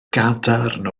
gadarn